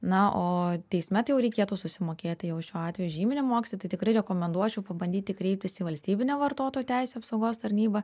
na o teisme tai jau reikėtų susimokėti jau šiuo atveju žyminį mokestį tai tikrai rekomenduočiau pabandyti kreiptis į valstybinę vartotojų teisių apsaugos tarnybą